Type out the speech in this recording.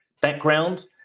background